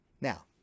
Now